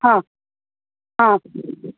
हा हा